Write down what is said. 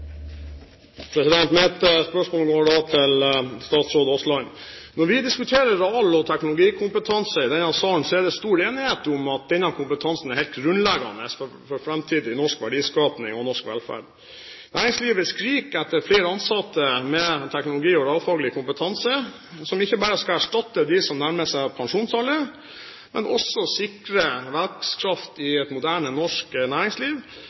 Mitt spørsmål går til statsråd Aasland. Når vi diskuterer real- og teknologikompetanse i denne salen, er det stor enighet om at denne kompetansen er helt grunnleggende for framtidig norsk verdiskaping og norsk velferd. Næringslivet skriker etter flere ansatte med teknologi- og realfaglig kompetanse, som ikke bare skal erstatte dem som nærmer seg pensjonsalder, men som også skal sikre vekstkraft i et moderne norsk næringsliv